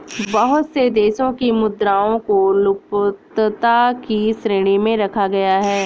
बहुत से देशों की मुद्राओं को लुप्तता की श्रेणी में रखा गया है